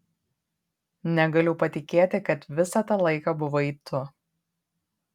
negaliu patikėti kad visą tą laiką buvai tu